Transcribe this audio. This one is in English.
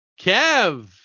Kev